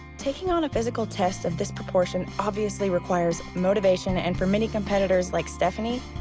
taking on a physical test of this proportion obviously requires motivation, and for many competitors like stephanie,